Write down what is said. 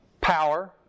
power